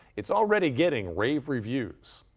it's already getting rave reviews!